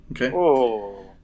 Okay